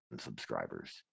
subscribers